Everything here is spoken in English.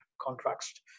contracts